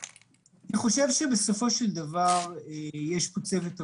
אני חושב שבסופו של דבר יש פה צוות רחב,